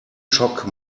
schock